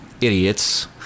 Idiots